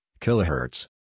Kilohertz